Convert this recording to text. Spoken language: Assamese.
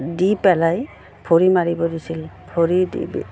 দি পেলাই ভৰি মাৰিব দিছিল ভৰি দি